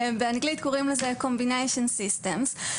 באנגלית קוראים לזה קומביניישן סיסטמס.